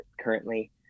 currently